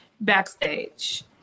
backstage